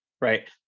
right